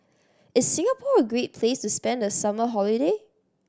is Singapore a great place to spend the summer holiday